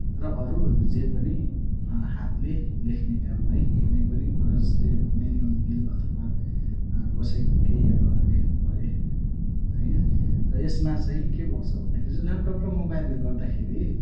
र अरू जे पनि हातले लेख्ने काम है कुनै पनि कुरो जस्तै कुनै बिल अथवा कसैको केही लेख्नुपरे होइन र यसमा चाहिँ के भएको छ भन्दाखेरि चाहिँ ल्यापटप र मोबाइलले गर्दाखेरि